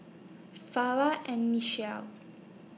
Farrah and Nichelle